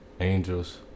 angels